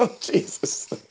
Jesus